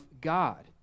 God